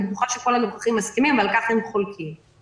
אני בטוחה שכל הנוכחים מסכימים ואין חולקים על כך.